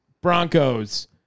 Broncos